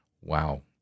Wow